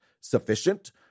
sufficient